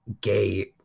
gay